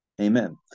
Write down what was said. amen